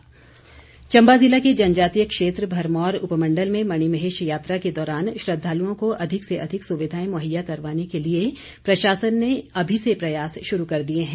मणिमहेश यात्रा चम्बा जिले के जनजातीय क्षेत्र भरमौर उपमंडल में मणिमहेश यात्रा के दौरान श्रद्वालुओं को अधिक से अधिक सुविधाएं मुहैया करवाने के लिए प्रशासन ने अभी से प्रयास शुरू कर दिए हैं